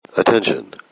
Attention